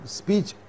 speech